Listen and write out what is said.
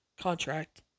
Contract